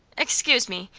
excuse me,